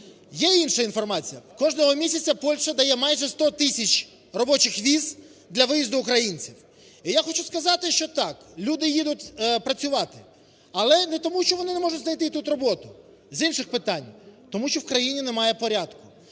Є інша інформація: кожного місяця Польща дає майже 100 тисяч робочих віз для виїзду українців. І я хочу сказати, що так, люди їдуть працювати. Але не тому, що вони не можуть знайти тут роботу. З інших питань. Тому що в країні немає порядку.